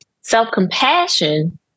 Self-compassion